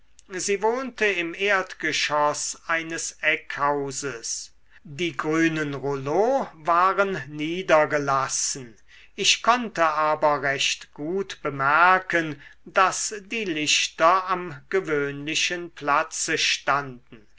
sie wohnte im erdgeschoß eines eckhauses die grünen rouleaux waren niedergelassen ich konnte aber recht gut bemerken daß die lichter am gewöhnlichen platze standen